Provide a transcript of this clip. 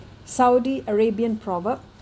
saudi arabian proverb